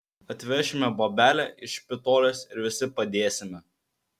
atvešime bobelę iš špitolės ir visi padėsime